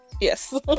yes